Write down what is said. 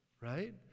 Right